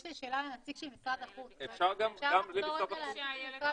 יש לי שאלה לנציג של משרד החוץ שתי שאלות,